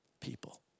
people